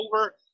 over –